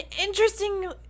interesting